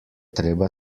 treba